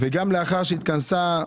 גם לאחר שהתכנסה,